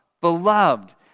Beloved